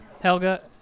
Helga